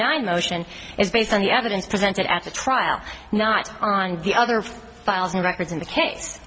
nine motion is based on the evidence presented at the trial not on the other files the records in the case